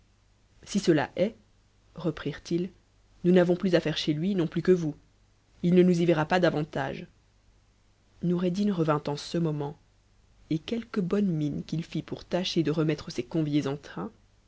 si cela est reprirent-ils nous n'avons plus affaire chez lui non plus fuo vous il ne nous y verra pas davantage oureddin revint en ce moment et quelque bonne mine qu'il fit pour tc ier de remettre ses conviés en train